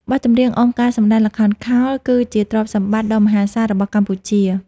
បទចម្រៀងអមការសម្ដែងល្ខោនខោល គឺជាទ្រព្យសម្បត្តិដ៏មហាសាលរបស់កម្ពុជា។